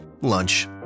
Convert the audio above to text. Lunch